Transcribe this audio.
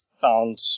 Found